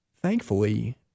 thankfully